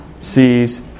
sees